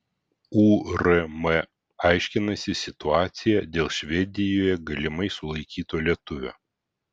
urm aiškinasi situaciją dėl švedijoje galimai sulaikyto lietuvio